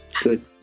good